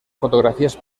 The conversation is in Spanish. fotografías